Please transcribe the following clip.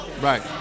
Right